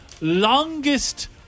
longest